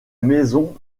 maison